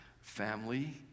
family